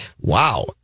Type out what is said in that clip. wow